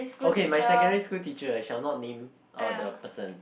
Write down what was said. okay my secondary school teacher I shall not name uh the person